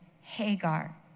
Hagar